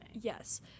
Yes